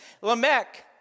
Lamech